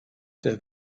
der